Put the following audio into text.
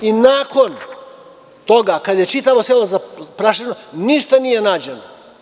Nakon toga, kada je čitavo selo zaplašeno, ništa nije nađeno.